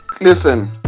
Listen